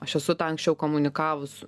aš esu tą anksčiau komunikavus